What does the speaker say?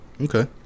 Okay